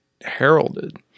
heralded